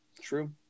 True